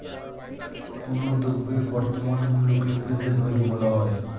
কোনো দ্রব্যের বর্তমান মূল্যকে প্রেজেন্ট ভ্যালু বলা হয়